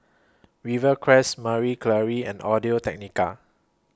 Rivercrest Marie Claire and Audio Technica